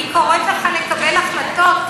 אני קוראת לך לקבל החלטות.